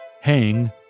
Hang